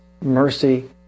Mercy